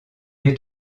est